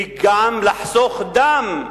וגם לחסוך דם,